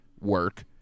work